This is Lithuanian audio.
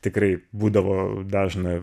tikrai būdavo dažna